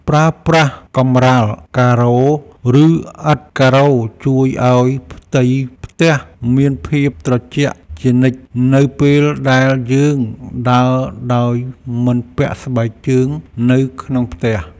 ប្រើប្រាស់កម្រាលការ៉ូឬឥដ្ឋការ៉ូជួយឱ្យផ្ទៃផ្ទះមានភាពត្រជាក់ជានិច្ចនៅពេលដែលយើងដើរដោយមិនពាក់ស្បែកជើងនៅក្នុងផ្ទះ។